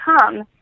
come